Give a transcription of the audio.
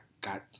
got